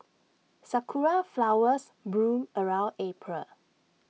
Sakura Flowers bloom around April